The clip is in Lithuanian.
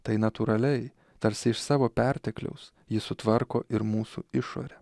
tai natūraliai tarsi iš savo pertekliaus jis sutvarko ir mūsų išorę